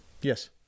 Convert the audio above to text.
Yes